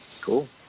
Cool